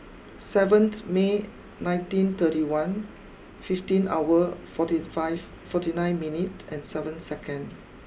seventh May nineteen thirty one fifteen hour forty five forty nine minute and seven second